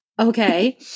okay